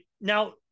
Now